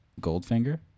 Goldfinger